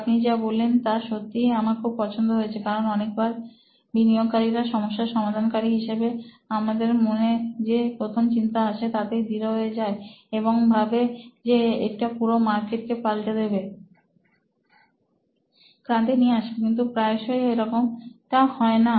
আপনি যা বললেন তা সত্যিই আমার খুব পছন্দ হয়েছে কারণ অনেকবার বিনিয়োগকারীরা সমস্যা সমাধানকারী হিসেবে আমাদের মনে যে প্রথম চিন্তা আসে তাতেই দৃঢ় হয়ে যায় এবং ভাবি যে এটি পুরো মার্কেট কে পাল্টে দেবে ক্রান্তি নিয়ে আসবে কিন্তু প্রায়ই এমনটা হয় না